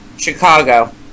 Chicago